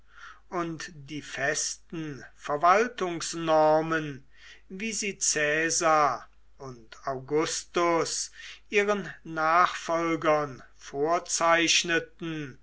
und die festen verwaltungsnormen wie sie caesar und augustus ihren nachfolgern vorzeichneten